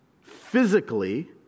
physically